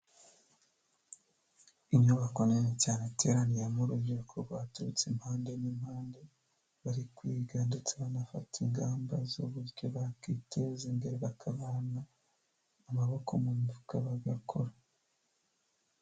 Inyubako nini cyane iteraniyemo urubyiruko rwaturutse impande n'impande, bari kwiga ndetse banafata ingamba z'uburyo bakwiteza imbere, bakavana amaboko mu mifuka bagakora.